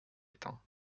éteint